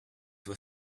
were